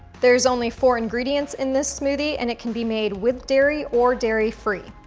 there's only four ingredients in this smoothie and it can be made with dairy or dairy free.